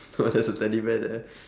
what there's a teddy bear there